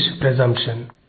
presumption